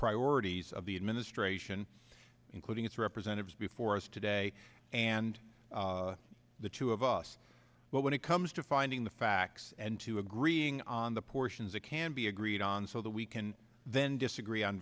priorities of the administration including its representatives before us today and the two of us but when it comes to finding the facts and to agreeing on the portions that can be agreed on so that we can then disagree on